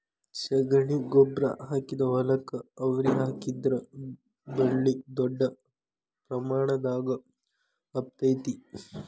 ಶಗಣಿ ಗೊಬ್ಬ್ರಾ ಹಾಕಿದ ಹೊಲಕ್ಕ ಅವ್ರಿ ಹಾಕಿದ್ರ ಬಳ್ಳಿ ದೊಡ್ಡ ಪ್ರಮಾಣದಾಗ ಹಬ್ಬತೈತಿ